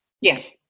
Yes